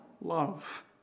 love